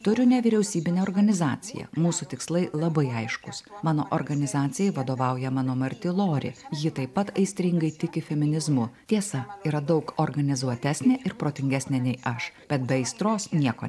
turiu nevyriausybinę organizaciją mūsų tikslai labai aiškūs mano organizacijai vadovauja mano marti lori ji taip pat aistringai tiki feminizmu tiesa yra daug organizuotesnė ir protingesnė nei aš bet be aistros nieko